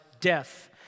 death